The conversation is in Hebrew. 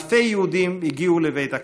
אלפי יהודים הגיעו לבית הכנסת.